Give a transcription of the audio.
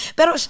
Pero